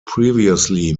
previously